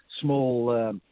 small